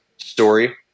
story